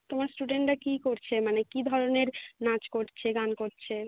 তোমার স্টুডেন্টরা কী করছে মানে কী ধরনের নাচ করছে গান করছে